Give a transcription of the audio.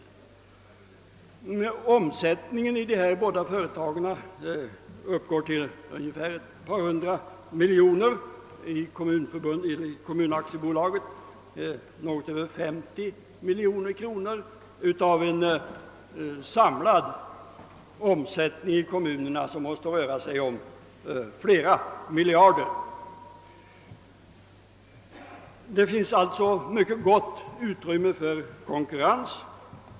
Omsättningen i dessa båda företag uppgår till ungefär ett par hundra miljoner kronor; i Kommunaktiebolaget är omsättningen något över 50 miljoner kronor. Dessa siffror skall jämföras med en sammanlagd omsättning i kommunerna på säkerligen flera miljarder kronor. Det finns alltså mycket gott utrymme för konkurrens.